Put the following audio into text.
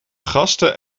gasten